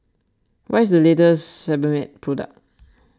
what is the latest Sebamed product